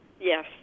Yes